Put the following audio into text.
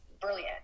brilliant